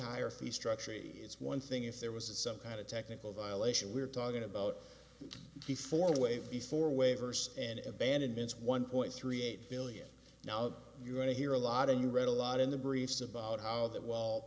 higher fee structure it's one thing if there was some kind of technical violation we're talking about the four way before waivers and abandonments one point three eight million now you're going to hear a lot and you read a lot in the briefs about how that wall